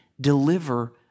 deliver